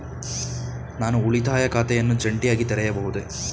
ನಾನು ಉಳಿತಾಯ ಖಾತೆಯನ್ನು ಜಂಟಿಯಾಗಿ ತೆರೆಯಬಹುದೇ?